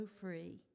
free